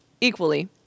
equally